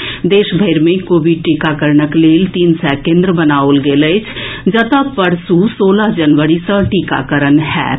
प्रदेशभरि मे कोविड टीकाकरणक लेल तीन सय केन्द्र बनाओल गेल अछि जतऽ परसू सोलह जनवरी सँ टीकाकरण होएत